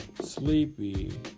Sleepy